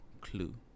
clue